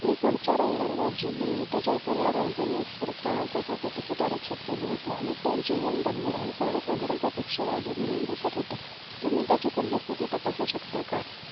मी पुढच्या रविवारी रोजी दिल्ली ते जयपूर या राजधानी एक्सप्रेस प्रवासासाठी तिकीट आरक्षित केले होते आणि ते जी एन डब्लू एल सर्वसाधारण प्रतिक्षा यादी म्हणून दिसत होते तुम्ही त्याची सद्यस्थिती तपासू शकता का